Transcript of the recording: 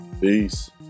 Peace